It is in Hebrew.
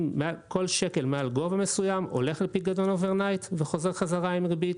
כל שקל מעל גובה מסוים הולך לפיקדון לילי וחוזר בחזרה עם ריבית.